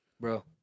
bro